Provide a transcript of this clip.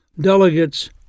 delegates